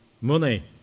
money